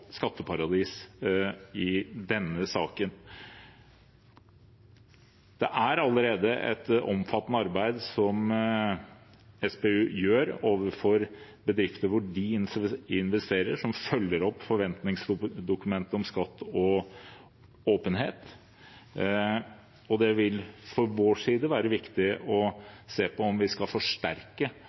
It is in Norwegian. skatteparadis i denne saken. Det er allerede et omfattende arbeid SPU gjør overfor bedrifter der de investerer, og som følger opp forventningsdokumentene om skatt og åpenhet. Det vil fra vår side være viktig å se på om vi skal forsterke